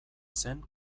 zen